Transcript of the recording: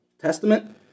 Testament